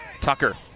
Tucker